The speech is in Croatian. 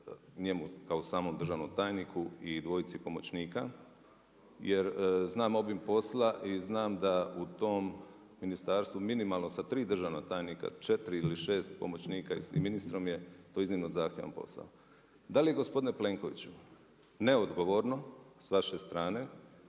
njemu kao samom državnom tajniku i dvojici pomoćnika jer znam obim posla i znam da u tom ministarstvu minimalno sa 3 državna tajnika, 4 ili 6 pomoćnika i s tim ministrom je to iznimno zahtjevan posao. Da li je gospodine Plenkoviću, neodgovorno s vaše strane